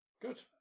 Good